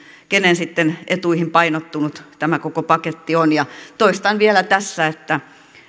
kenen etuihin painottunut tämä koko paketti sitten on toistan vielä tässä että